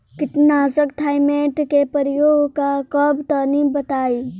कीटनाशक थाइमेट के प्रयोग का बा तनि बताई?